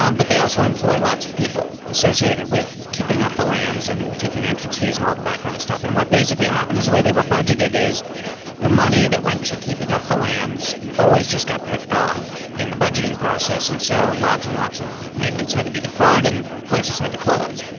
um but they also employ lots of people associated with keeping up the lands and taking entrance fees and all of that kind of stuff. and what basically happened is the way they were budgeted is the money that went to keeping up the lands always just got picked off in the budgeting process. and so lots and lots of maintenance had to be deferred and places had to close.